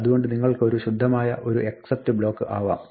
അതുകൊണ്ട് നിങ്ങൾക്ക് ഒരു ശുദ്ധമായ ഒരു except ബ്ലോക്ക് ആവാം